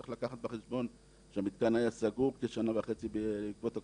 צריך לקחת בחשבון שהמתקן היה סגור כשנה וחצי בעקבות הקורונה,